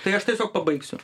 tai aš tiesiog pabaigsiu